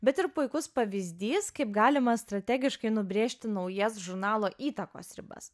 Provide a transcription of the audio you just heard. bet ir puikus pavyzdys kaip galima strategiškai nubrėžti naujas žurnalo įtakos ribas